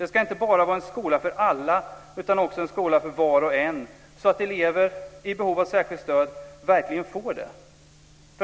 Det ska inte bara vara en skola för alla utan också en skola för var och en, så att elever i behov av särskilt stöd verkligen får stöd.